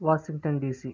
Washington DC